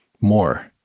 More